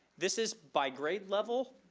this is by grade level,